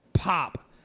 pop